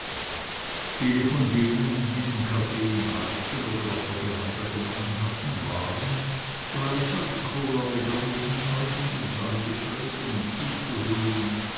viele von denen die den kaffee im garten oder auf der veranda genommen hatten waren gleich als krola begann ebenfalls in den saal getreten um zuzuhören